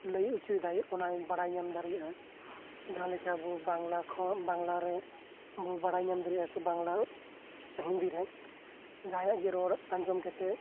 ᱞᱟᱹᱭ ᱚᱪᱚᱭᱮᱫᱟᱭ ᱚᱱᱟ ᱵᱟᱲᱟᱭ ᱧᱟᱢ ᱫᱟᱲᱮᱭᱟᱜᱼᱟ ᱡᱟᱦᱟᱸᱞᱮᱠᱟ ᱫᱚ ᱵᱟᱝᱞᱟ ᱨᱮ ᱵᱚ ᱵᱟᱲᱟᱭ ᱧᱟᱢ ᱫᱟᱲᱮᱭᱟᱜᱼᱟ ᱥᱮ ᱵᱟᱝᱞᱟ ᱨᱮ ᱟᱨᱦᱚᱸ ᱦᱤᱱᱫᱤ ᱨᱮ ᱡᱟᱦᱟᱸᱭᱟᱜ ᱜᱮ ᱨᱚᱲ ᱟᱸᱡᱚᱢ ᱠᱟᱛᱮ